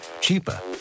cheaper